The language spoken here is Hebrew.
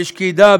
בשקידה,